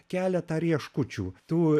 keletą rieškučių tų